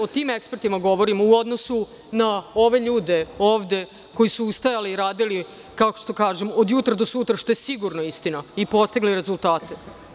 O tim ekspertima govorimo, u odnosu na ove ljude ovde koji su ustajali i radili od jutra do sutra, što je sigurno istina, i postigli rezultate.